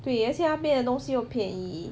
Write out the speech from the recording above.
对而且那边的东西又便宜